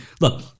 look